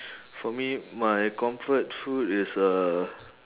for me my comfort food is uh